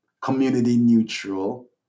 community-neutral